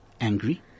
angry